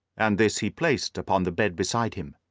and this he placed upon the bed beside him.